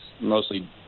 mostly